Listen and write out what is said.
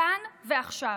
כאן ועכשיו.